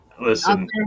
listen